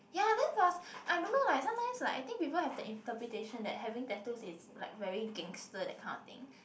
ya then plus I don't know like sometimes like people have the intepretation that having tattoos is like very gangster that kind of thing